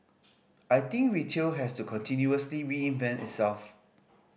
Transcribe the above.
I think retail has to continuously reinvent itself